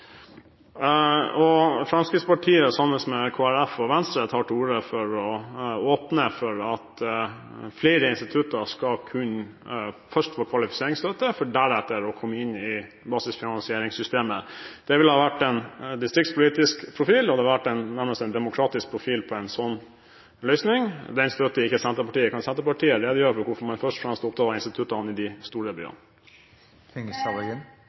Sør-Vestlandet. Fremskrittspartiet, sammen med Kristelig Folkeparti og Venstre, tar til orde for å åpne for at flere institutter først skal kunne få kvalifiseringsstøtte, for deretter å komme inn i basisfinansieringssystemet. Det ville ha vært en distriktspolitisk profil, og det ville nærmest ha vært en demokratisk profil på en slik løsning. Den støtter ikke Senterpartiet. Kan Senterpartiet redegjøre for hvorfor man først og fremst er opptatt av instituttene i de store byene?